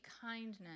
kindness